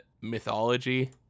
mythology